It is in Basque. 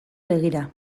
begira